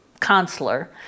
counselor